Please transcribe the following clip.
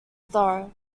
thorough